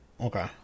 Okay